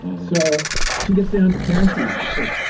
and so she gets down to cashews she said,